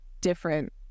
different